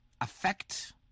affect